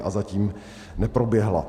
A zatím neproběhla.